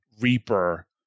Reaper